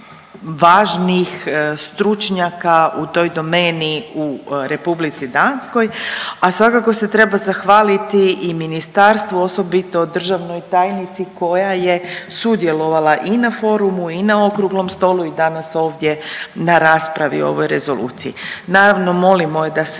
važnih stručnjaka u toj domeni u Republici Danskoj. A svakako se treba zahvaliti i ministarstvu osobito državnoj tajnici koja je sudjelovala i na forumu i na okruglom stolu i danas ovdje na raspravi o ovoj Rezoluciji. Naravno molimo je da se